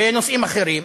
בנושאים אחרים,